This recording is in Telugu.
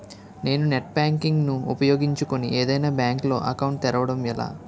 నేను నెట్ బ్యాంకింగ్ ను ఉపయోగించుకుని ఏదైనా బ్యాంక్ లో అకౌంట్ తెరవడం ఎలా?